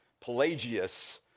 Pelagius